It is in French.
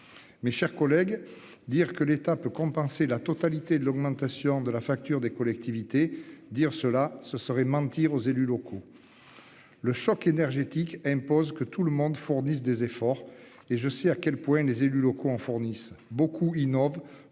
Mes chers collègues. Dire que l'État peut compenser la totalité de l'augmentation de la facture des collectivités. Dire cela, ce serait mentir aux élus locaux. Le choc énergétique impose que tout le monde fournissent des efforts et je sais à quel point les élus locaux en fournissent beaucoup innove